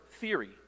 theory